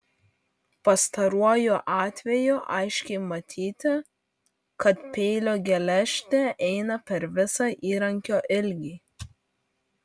pastaruoju atveju aiškiai matyti kad peilio geležtė eina per visą įrankio ilgį